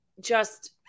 just-